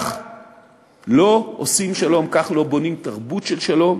כך לא עושים שלום, כך לא בונים תרבות של שלום,